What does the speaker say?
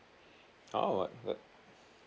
oh